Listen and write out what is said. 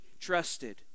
trusted